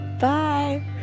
Bye